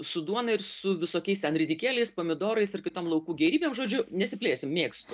su duona ir su visokiais ten ridikėliais pomidorais ir kitom laukų gėrybėm žodžiu nesiplėsim mėgstu